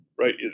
right